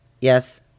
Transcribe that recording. Yes